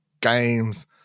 games